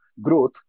growth